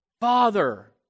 Father